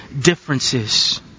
differences